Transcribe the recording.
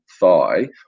thigh